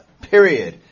Period